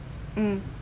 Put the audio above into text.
mm